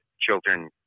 children